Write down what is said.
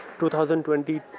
2020